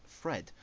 fred